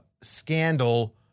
scandal